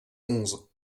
onze